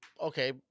okay